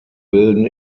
bilden